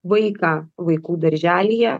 vaiką vaikų darželyje